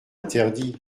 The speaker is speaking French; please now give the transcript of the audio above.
interdits